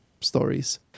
stories